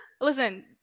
listen